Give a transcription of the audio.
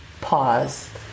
pause